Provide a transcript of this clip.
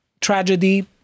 tragedy